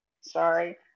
Sorry